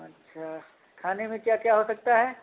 अच्छा खाने मे क्या क्या हो सकता है